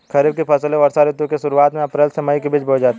खरीफ की फसलें वर्षा ऋतु की शुरुआत में अप्रैल से मई के बीच बोई जाती हैं